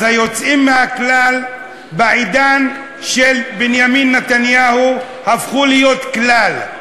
אז היוצאים מהכלל בעידן של בנימין נתניהו הפכו להיות כלל.